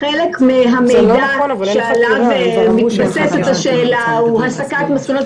חלק מהמידע שעליו מתבססת השאלה הוא הסקת מסקנות,